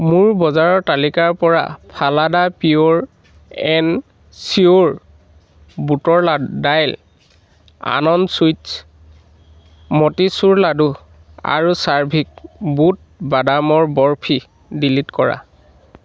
মোৰ বজাৰৰ তালিকাৰপৰা ফালাডা পিয়'ৰ এণ্ড চিউৰ বুটৰ লাড়ু দাইল আনন্দ চুইট্ছ মটিচুৰ লাড়ু আৰু চাৰ্ভিক বুট বাদামৰ বৰফি ডিলিট কৰা